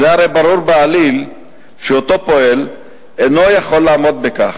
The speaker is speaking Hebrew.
הרי ברור בעליל שאותו פועל אינו יכול לעמוד בכך.